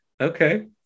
Okay